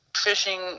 fishing